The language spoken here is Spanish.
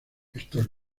estos